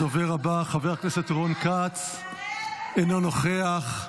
הדובר הבא, חבר הכנסת רון כץ, אינו נוכח.